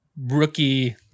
rookie